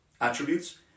attributes